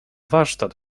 warsztat